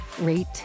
rate